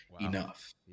enough